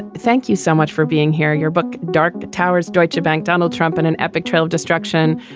thank you so much for being here. your book, dark towers, deutschebank, donald trump in an epic trail of destruction.